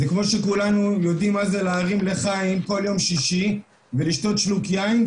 זה כמו שכולנו יודעים מה זה להרים לחיים כל יום שישי ולשתות שלוק יין,